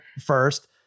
first